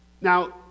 Now